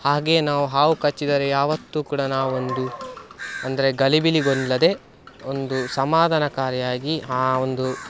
ಹಾಗೆಯೇ ನಾವು ಹಾವು ಕಚ್ಚಿದರೆ ಯಾವತ್ತೂ ಕೂಡ ನಾವೊಂದು ಅಂದರೆ ಗಲಿಬಿಲಿಗೊಳ್ಳದೆ ಒಂದು ಸಮಾಧಾನಕಾರಿಯಾಗಿ ಆ ಒಂದು